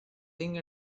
thing